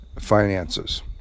finances